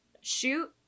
shoot